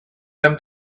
them